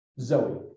Zoe